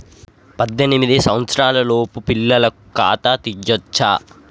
పద్దెనిమిది సంవత్సరాలలోపు పిల్లలకు ఖాతా తీయచ్చా?